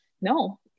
no